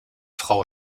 frau